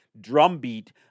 drumbeat